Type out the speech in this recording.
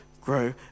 grow